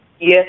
Yes